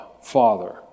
Father